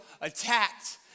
attacked